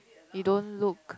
you don't look